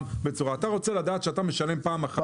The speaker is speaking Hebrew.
ואתה רוצה לדעת שאתה משלם פעם אחת.